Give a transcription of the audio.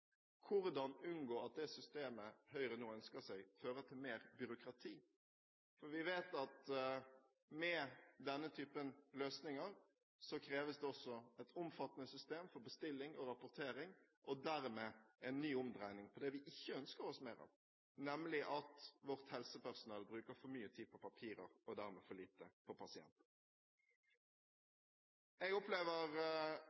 Hvordan skal vi unngå at det systemet som Høyre nå ønsker seg, fører til mer byråkrati? Vi vet at med denne typen løsninger kreves det også et omfattende system for bestilling og rapportering – og dermed en ny omdreining på det vi ikke ønsker oss mer av, nemlig at vårt helsepersonell bruker for mye tid på papirer og dermed for lite på pasienter.